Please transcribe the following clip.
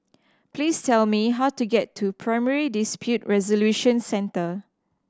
please tell me how to get to Primary Dispute Resolution Centre